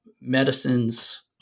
medicines